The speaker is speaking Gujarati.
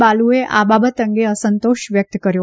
બાલુએ આ બાબત અંગે અસંતોષ વ્યક્ત કર્યો